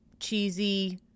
cheesy